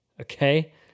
Okay